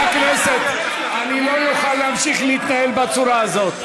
הכנסת, אני לא אוכל להמשיך להתנהל בצורה הזאת.